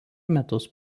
metus